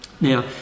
Now